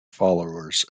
followers